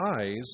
eyes